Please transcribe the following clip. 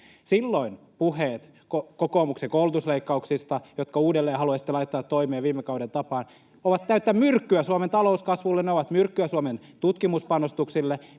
Silloin puheet kokoomuksen koulutusleikkauksista, jotka uudelleen haluaisitte laittaa toimeen viime kauden tapaan, ovat täyttä myrkkyä Suomen talouskasvulle, ne ovat myrkkyä Suomen tutkimuspanostuksille.